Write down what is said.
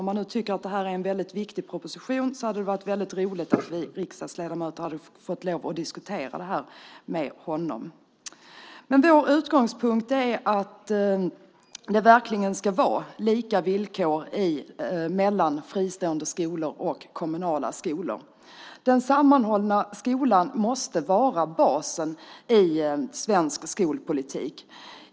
Om man tycker att det här är en viktig proposition hade det varit roligt om vi riksdagsledamöter hade kunnat diskutera den med honom. Vår utgångspunkt är att det verkligen ska vara lika villkor mellan fristående och kommunala skolor. Den sammanhållna skolan måste vara basen i svensk skolpolitik.